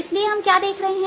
इसलिए हम क्या देख रहे हैं